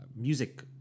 music